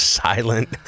silent